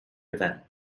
event